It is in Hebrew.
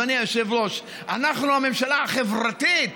אדוני היושב-ראש: אנחנו הממשלה החברתית